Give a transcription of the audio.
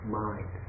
mind